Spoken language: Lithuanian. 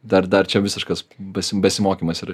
dar dar čia visiškas besi besimokymas yra